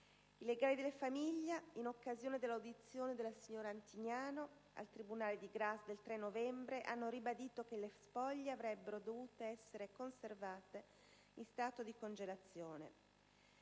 I legali della famiglia, in occasione dell'audizione della signora Antignano al tribunale di Grasse del 3 novembre, hanno ribadito che le spoglie avrebbero dovuto essere conservate in stato di congelazione.